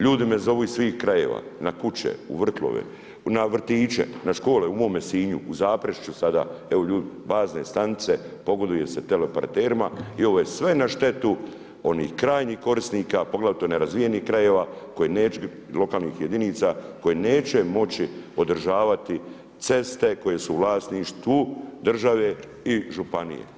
Ljudi me zovu iz svih krajeva, na kuće, u vrtove, na vrtiće, na škole u mome Sinju, u Zaprešiću, sada, evo ljudi, bazne stanice, pogoduje se teleoperaterima i ovo je sve na štetu onih krajnjih korisnika, poglavito nerazvijenih krajeva, koji, lokalnih jedinica, koji neće moći održavati ceste koji su u vlasništvu države i županije.